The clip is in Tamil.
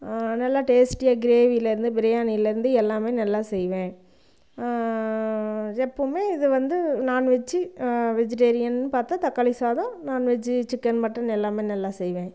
நல்லா டேஸ்ட்டியாக கிரேவில இருந்து பிரியாணில இருந்து எல்லாமே நல்லா செய்வேன் எப்போவுமே இது வந்து நாண் வெஜ்ஜு வெஜுடேரியன்னு பார்த்தா தக்காளி சாதம் நாண்வெஜ்ஜு சிக்கன் மட்டன் எல்லாமே நல்லா செய்வேன்